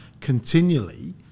continually